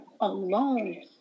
alone